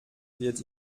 wird